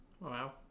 Wow